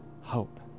hope